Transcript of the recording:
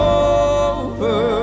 over